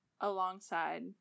alongside